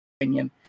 opinion